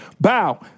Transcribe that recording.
Bow